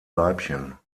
weibchen